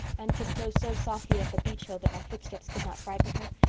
and tiptoe so softly up the beech hill that my footsteps could not frighten her,